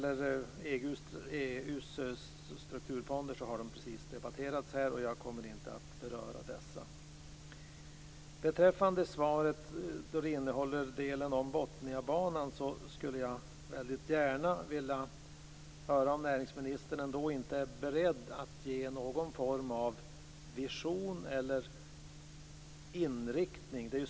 EU:s strukturfonder har precis debatterats här, och jag kommer inte att beröra dessa. Beträffande den del av svaret som rör Botniabanan skulle jag väldigt gärna vilja höra om näringsministern ändå inte är beredd att ge någon form av vision eller inriktning.